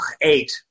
Eight